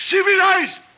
Civilized